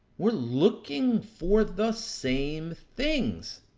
we're looking for the same things.